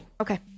Okay